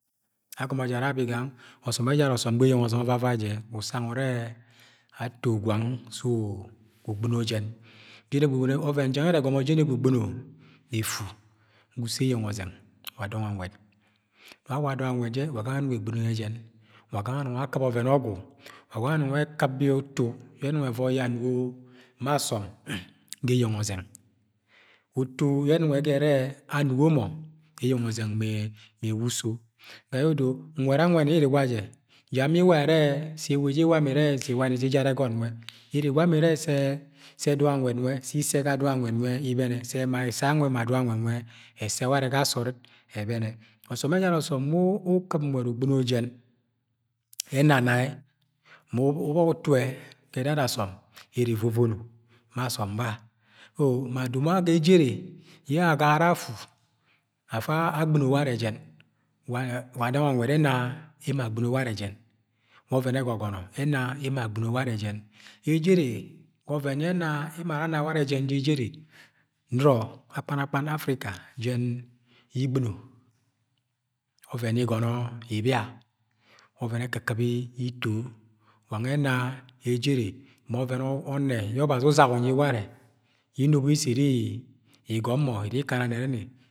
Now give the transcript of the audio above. Agọmọ jẹ ara abigani ọsọm ẹjara ọsọm ega eyeng ọzẹng ovavai jẹ usang urẹ ato gwang sẹ ugbɨno jẹn. Ọvẹn jẹn yẹ ẹrẹ ẹgọmọ jẹn egbɨno efu ga uso eyeng ozọng wa dọng anwẹd. Awa dọng anwed jẹ, wa gangẹ ẹnong egbɨno yẹ jẹn. Wa ganga anong akɨp ọvẹn ọgwu. Wa nwẹn ẹnong ẹkɨp yẹ utu yẹ ẹnong ẹvoi yẹ anugo ma asọm ga eyeng ọzẹng. Utu ẹnọng ẹgọnọ ẹrẹ anugo mọ eyeng ọzẹng mẹ ẹwa uso. Ga yẹ odo nwed anwẹni iri iwa jẹn, ja mọ iwa irẹ se iwa ẹrẹ sẹ iwa ma ijara ẹgọn nwẹ. Iri iwa mo irẹ sẹ sẹ issẹ ga dọng anwẹd nwẹ ibẹnẹ ma ẹsẹ gangẹ dọng anwẹd nwẹ ẹsẹ warẹ ga sọọd ẹbẹnẹ Ọsọm ejara ọsọm we uk̵ip nwẹd ugb̵ino jẹn, ẹnana ẹ, ma ọbok utu ẹ ga ẹdada asọm ere evovono ma asọm ba. O! Domo aga ejere yẹ agagara afu afa agb̶ino warẹ jẹn. Wa ọvẹn ẹgọgọnọ ẹna emo agb̵i warẹ jẹn Ejere, ọvẹn yẹ ẹna emo ana warẹ jẹng jẹ ejere, nọrọ, akpnakpan Africa jẹn igb̵ino. Ọvẹn igọnọ ibia. Ọvẹn ẹk̵ik̵ip ito. Wa nwẹ ena ejere ma ọvẹn ọnnẹ yẹ Ọbazi uzaga unyi warẹ yẹ enobo yẹ isi iri igonu mo iri ikana nẹrẹni.